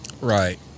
Right